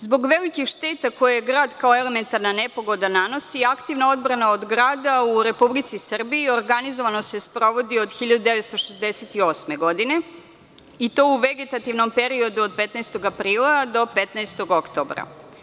Zbog velikih šeta koje grad kao elementarna nepogoda nanosi, aktivna odbrana od grada u Republici Srbiji organizovano se sprovodi od 1968. godine i to u vegetativnom periodu od 15. aprila do 15. oktobra.